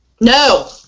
No